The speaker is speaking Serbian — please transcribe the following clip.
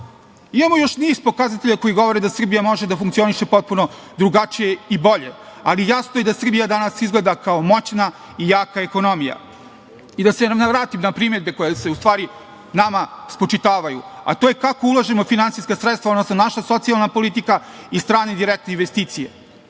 Imamo još niz pokazatelja koji govore da Srbija može da funkcioniše potpuno drugačije i bolje, ali je jasno i da Srbija danas izgleda kao moćna i jaka ekonomija. Da se vratim na primedbe koje se u stvari nama spočitavaju, a to je kako ulažemo finansijska sredstva, odnosno naša socijalna politika i stran direktne investicije.